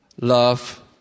love